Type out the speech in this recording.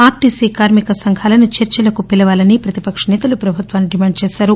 RTC కార్మిక సంఘాలను చర్చలకు పిలవాలని ప్రతి పక్ష సేతలు ప్రభుత్వాన్ని డిమాండ్ చేశారు